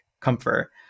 comfort